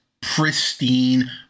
pristine